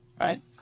right